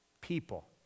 People